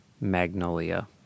Magnolia